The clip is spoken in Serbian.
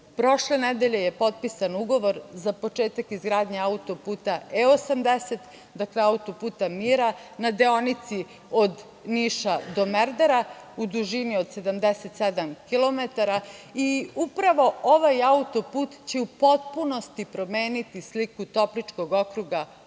Prošle nedelje je potpisan ugovor za početak izgradnje autoputa E-80, autoput mira na deonici od Niša do Merdara u dužini od 77 kilometara. Upravo ovaj autoput će u potpunosti promeniti sliku Topličkog okruga, odakle